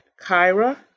Kyra